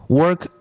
work